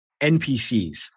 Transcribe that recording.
NPCs